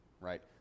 right